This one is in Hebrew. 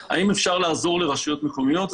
האם אפשר לעזור לרשויות מקומיות?